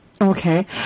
Okay